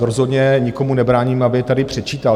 Rozhodně nikomu nebráním, aby je tady předčítal.